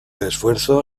esfuerzo